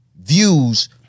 views